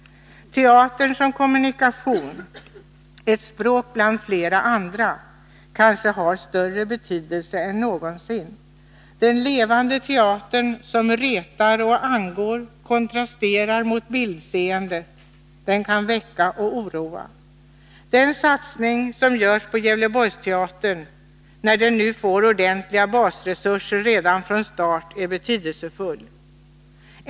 Teatern som kommunikation, ett språk bland flera andra, kanske har större betydelse än någonsin. Den levande teatern, som retar och angår, kontrasterar mot bildseendet, kan väcka och oroa. Den satsning som görs på Gävleborgsteatern, när den nu får ordentliga basresurser redan från start, är betydelsefull.